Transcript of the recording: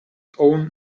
own